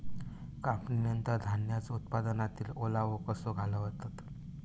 कापणीनंतर धान्यांचो उत्पादनातील ओलावो कसो घालवतत?